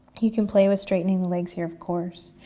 you can play with straightening the legs here, of course.